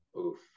Oof